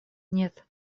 нет